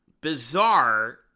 bizarre